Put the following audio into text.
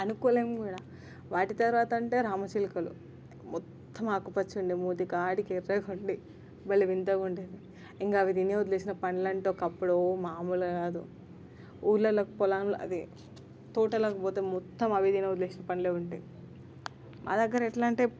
అనుకోలేము కూడా వాటి తరువాత అంటే రామచిలుకలు మొత్తం ఆకుపచ్చ ఉండి మూతికాడికి ఎర్రగా ఉండి భలే వింతగా ఉంటుంది ఇంకా అవి తిని వదిలేసిన పళ్ళు అంటే ఒకప్పుడు ఓ మామూలు కాదు ఊళ్ళలో పొలంలో అది తోటలోకి పోతే మొత్తం అవి తిని వదిలేసిన పండ్లే ఉంటాయి మా దగ్గర ఎట్లా అంటే